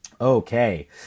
Okay